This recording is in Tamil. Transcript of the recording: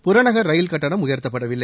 புறநகர் ரயில் கட்டணம் உயர்த்தப்படவில்லை